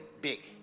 big